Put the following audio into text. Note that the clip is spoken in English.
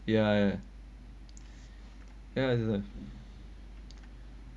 ya ya it's a